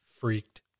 freaked